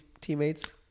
teammates